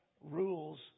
rules